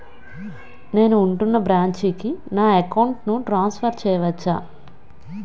నేను ఉంటున్న బ్రాంచికి నా అకౌంట్ ను ట్రాన్సఫర్ చేయవచ్చా?